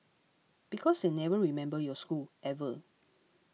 because they never remember your school ever